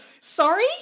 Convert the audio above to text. Sorry